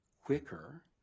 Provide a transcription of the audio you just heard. quicker